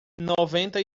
noventa